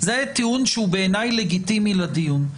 טיעונים שהם בעיניי לגיטימיים לדיון הזה.